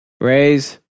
raise